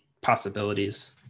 possibilities